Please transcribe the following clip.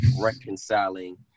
reconciling